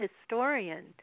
historian